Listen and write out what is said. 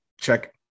check